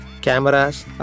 cameras